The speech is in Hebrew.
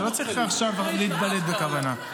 לא צריך עכשיו להתבלט בכוונה.